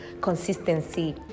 consistency